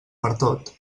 pertot